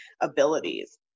abilities